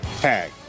Tag